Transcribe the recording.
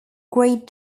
great